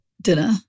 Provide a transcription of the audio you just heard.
dinner